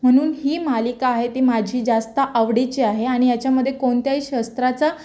म्हणून ही मालिका आहे ती माझी जास्त आवडीची आहे आणि याच्यामध्ये कोणत्याही शस्त्राचा